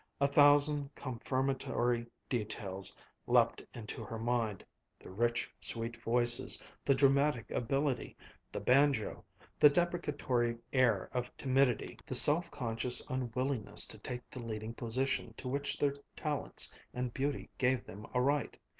a thousand confirmatory details leaped into her mind the rich, sweet voices the dramatic ability the banjo the deprecatory air of timidity the self-conscious unwillingness to take the leading position to which their talents and beauty gave them a right.